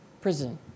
prison